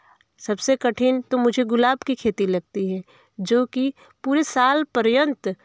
सबसे कठिन तो मुझे गुलाब की खेती लगती है जो कि पूरे साल पर्यंत